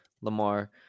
Lamar